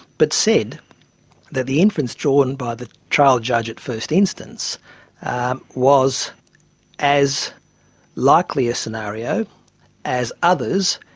but said that the inference drawn by the trial judge at first instance was as likely a scenario as others,